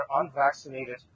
unvaccinated